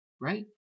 Right